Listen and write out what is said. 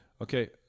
okay